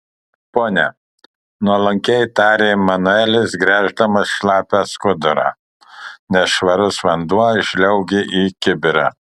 pone nuolankiai tarė manuelis gręždamas šlapią skudurą nešvarus vanduo žliaugė į kibirą